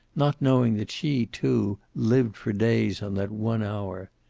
not knowing that she, too, lived for days on that one hour.